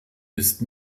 ist